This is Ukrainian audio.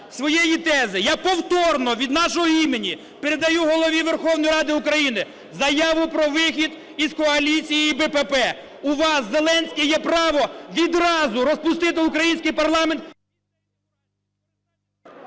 я повторно від нашого імені передаю Голові Верховної Ради України заяву про вихід із коаліції і БПП. У вас, Зеленський, є право відразу розпустити український парламент…